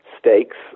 Stakes